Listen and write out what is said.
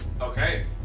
Okay